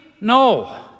No